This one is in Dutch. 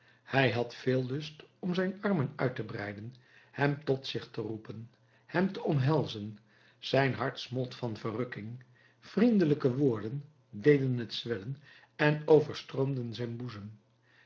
hij had veel lust om zijn armen uit te breiden hem tot zich te roepen hem te omhelzen zijn hart smolt van verrukking vriendelijke woorden deden het zwellen en overstroomden zijn boezem